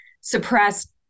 suppressed